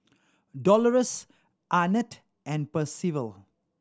Dolores Arnett and Percival